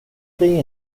dig